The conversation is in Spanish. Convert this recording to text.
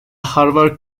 harvard